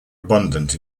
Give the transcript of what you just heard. abundant